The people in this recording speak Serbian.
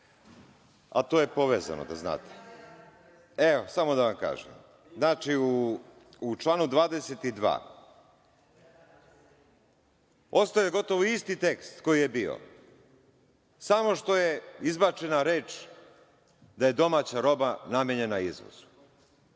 a to je povezano, samo da znate. Samo da vam kažem, u članu 22. ostao je gotovo isti tekst koji je bio, samo što je izbačena reč da je domaća roba namenjena izvozu.